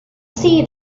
see